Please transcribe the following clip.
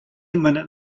minute